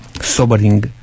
sobering